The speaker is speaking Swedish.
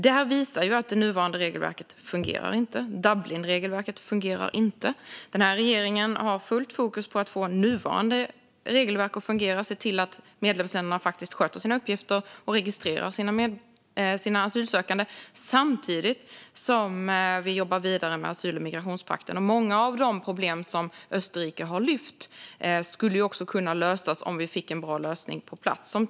Detta visar att det nuvarande regelverket inte fungerar. Dublinregelverket fungerar inte. Den här regeringen har fullt fokus på att få nuvarande regelverk att fungera och se till att medlemsländerna faktiskt sköter sina uppgifter och registrerar sina asylsökande, samtidigt som vi jobbar vidare med asyl och migrationspakten. Många av de problem som Österrike har lyft skulle också kunna lösas om vi fick en bra lösning på plats.